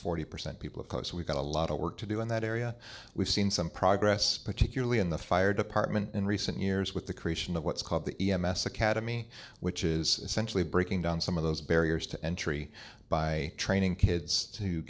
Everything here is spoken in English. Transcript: forty percent people are close we've got a lot of work to do in that area we've seen some progress particularly in the fire department in recent years with the creation of what's called the e m s academy which is essentially breaking down some of those barriers to entry by training kids to